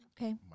Okay